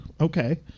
Okay